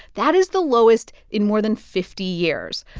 that is the lowest in more than fifty years.